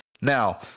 Now